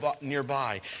nearby